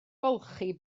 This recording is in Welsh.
golchi